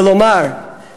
ולומר